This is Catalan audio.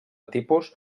tipus